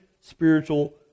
spiritual